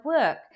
work